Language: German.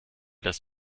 das